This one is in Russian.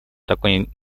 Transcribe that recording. такой